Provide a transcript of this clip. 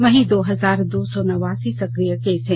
वहीं दो हजार दो सौ नवासी सक्रिय केस हैं